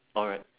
alright